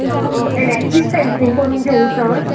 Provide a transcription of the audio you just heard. हां electric fencing करून घेवं सर